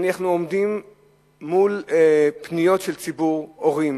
אנחנו עומדים מול פניות של ציבור, הורים